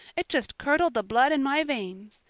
it just curdled the blood in my veins.